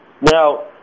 Now